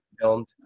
filmed